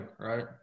right